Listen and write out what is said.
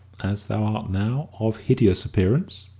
as thou art now, of hideous appearance,